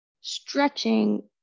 stretching